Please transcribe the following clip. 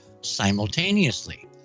simultaneously